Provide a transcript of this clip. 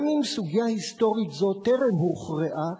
גם אם סוגיה היסטורית זו טרם הוכרעה,